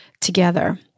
together